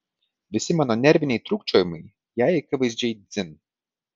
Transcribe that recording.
visi mano nerviniai trūkčiojimai jai akivaizdžiai dzin